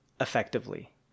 effectively